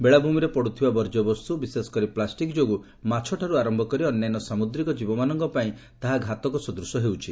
ବେଳାଭୂମିରେ ପଡୁଥିବା ବର୍ଜ୍ୟବସ୍ତୁ ବିଶେଷକରି ପ୍ଲାଷ୍ଟିକ୍ ଯୋଗୁଁ ମାଛଠାରୁ ଆର ସାମୁଦ୍ରିକ ଜୀବମାନଙ୍କ ପାଇଁ ତାହା ଘାତକ ସଦୂଶ ହେଉଛି